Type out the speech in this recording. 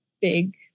big